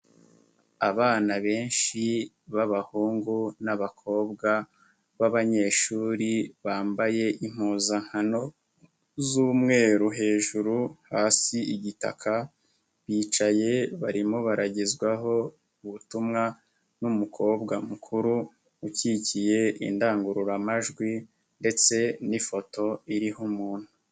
Abana benshi b'abahungu n'abakobwa b'abanyeshuri bambaye impuzankano z'umweru hejuru hasi igitaka, bicaye barimo baragezwaho ubutumwa n'umukobwa mukuru ukikiye indangururamajwi ndetse n'ifoto iriho umuntu.